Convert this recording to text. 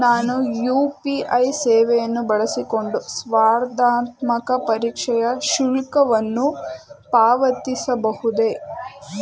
ನಾನು ಯು.ಪಿ.ಐ ಸೇವೆಯನ್ನು ಬಳಸಿಕೊಂಡು ಸ್ಪರ್ಧಾತ್ಮಕ ಪರೀಕ್ಷೆಯ ಶುಲ್ಕವನ್ನು ಪಾವತಿಸಬಹುದೇ?